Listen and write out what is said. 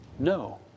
No